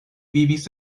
vivis